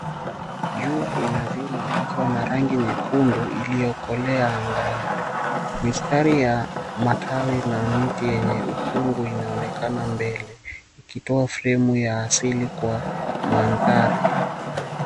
Jua inazima ikiwa na rangi nyekundu iliyokolea angani. Mistari ya matawi na miti yenye ukumbwi inaonekana mbele, ukitoa fremu ya asili kwa mandhari.